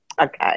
Okay